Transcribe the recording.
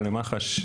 גם למח"ש,